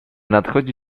nadchodzi